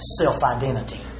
self-identity